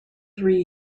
three